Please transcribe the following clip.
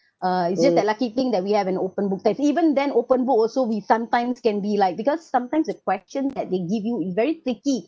uh it's just that lucky thing that we have an open book test even then open book also we sometimes can be like because sometimes the questions that they give you is very tricky